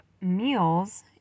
meals